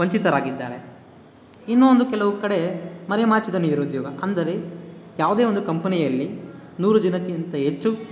ವಂಚಿತರಾಗಿದ್ದಾರೆ ಇನ್ನೂ ಒಂದು ಕೆಲವು ಕಡೆ ಮರೆಮಾಚಿದ ನಿರುದ್ಯೋಗ ಅಂದರೆ ಯಾವುದೇ ಒಂದು ಕಂಪನಿಯಲ್ಲಿ ನೂರು ಜನಕ್ಕಿಂತ ಹೆಚ್ಚು